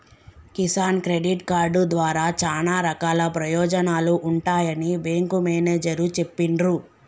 Kisan credit card ద్వారా చానా రకాల ప్రయోజనాలు ఉంటాయని బేంకు మేనేజరు చెప్పిన్రు